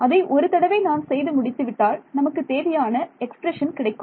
அதை ஒரு தடவை நான் செய்து முடித்து விட்டால் நமக்குத் தேவையான எக்ஸ்பிரஷன் கிடைக்கும்